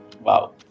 Wow